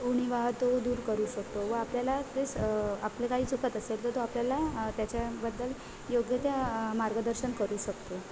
उणिवा तो दूर करू शकतो व आपल्याला तेच आपलं काही चुकत असेल तर तो आपल्याला त्याच्याबद्दल योग्य त्या मार्गदर्शन करू शकतो